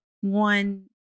one